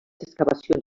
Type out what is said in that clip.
excavacions